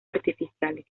artificiales